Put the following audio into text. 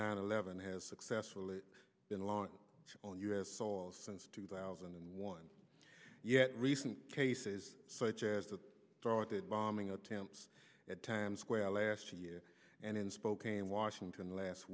nine eleven has successfully been launched on u s soil since two thousand and one yet recent cases such as that started bombing attempts at times square last year and in spokane washington last